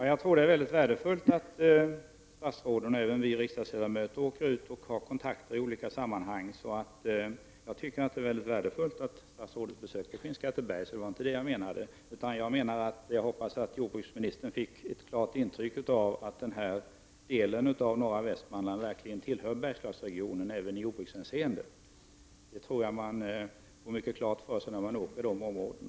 Herr talman! Det är mycket värdefullt att statsråden, och även vi riksdagsledamöter, åker ut i landet och har kontakter i olika sammanhang. Jag tycker att det var mycket värdefullt att statsrådet besökte Skinnskatteberg. Jag hoppas att jordbruksministern fick klart för sig att denna del av norra Västmanland tillhör Bergslagen även i jordbrukshänseende. Det tror jag att man får klart för sig när man reser i dessa områden.